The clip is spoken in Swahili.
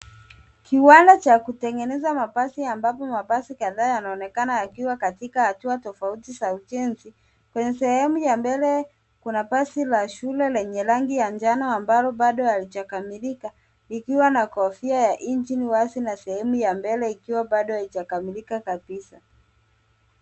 Kiwanda cha kutengeneza mabasi ambapo mabasi kadhaa yanaonekana yakiwa katika hatua tofauti za ujenzi. Kwenye sehemu ya mbele kuna pasi la shule lenye rangi ya njano ambalo bado halijakamilika likiwa na kofia ya injini wasi na sehemu ya mbele ikiwa bado haijakamilika kabisa.